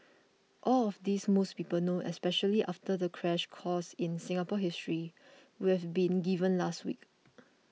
all of this most people know especially after the crash course in Singapore history we've been given last week